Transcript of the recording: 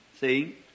see